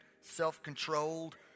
self-controlled